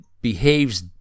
behaves